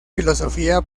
filosofía